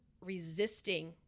resisting